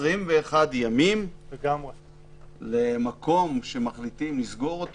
21 ימים למקום שמחליטים לסגור,